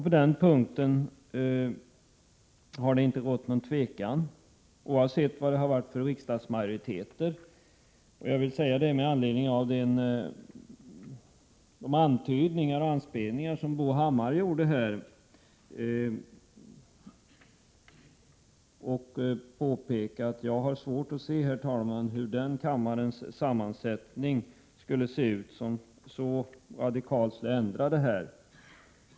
På den punkten har det inte heller rått något tvivel, oavsett vilka riksdagsmajoriteterna har varit. Jag vill säga det med anledning av Bo Hammars antydningar och påpeka att jag har svårt att se hur den kammarens sammansättning skulle se ut som så radikalt kunde ändra detta.